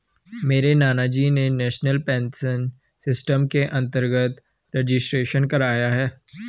मेरे नानाजी ने नेशनल पेंशन सिस्टम के अंतर्गत रजिस्ट्रेशन कराया है